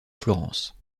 florence